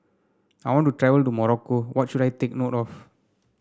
I want to travel to Morocco what should I take note of